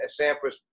Sampras